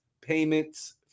payments